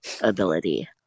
ability